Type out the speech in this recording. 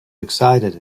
excited